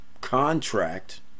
contract